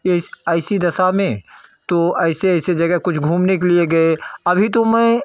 इस ऐसी दशा में तो ऐसे ऐसे जगह कुछ घूमने के लिए गए अभी तो मैं